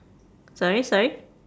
sorry sorry